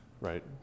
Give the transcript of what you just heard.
right